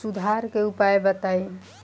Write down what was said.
सुधार के उपाय बताई?